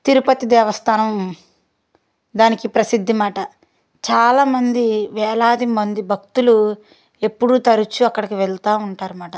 తిరుపతి దేవస్థానం దానికి ప్రసిద్ధి అన్నమాట చాలామంది వేలాది మంది భక్తులు ఎప్పుడు తరచూ అక్కడికి వెళ్తూ ఉంటారు అన్నమాట